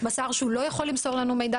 מסר שהוא לא יכול למסור לנו מידע,